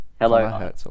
Hello